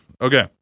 Okay